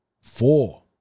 four